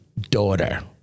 daughter